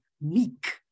meek